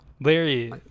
larry